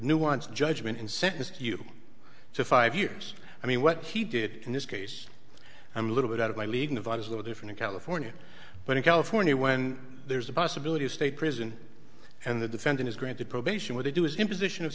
sentenced you to five years i mean what he did in this case i'm a little bit out of my league nevada's a little different in california but in california when there's a possibility of state prison and the defendant is granted probation what they do is imposition of